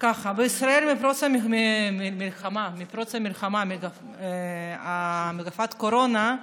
בישראל מפרוץ המלחמה, מגפת הקורונה,